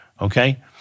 Okay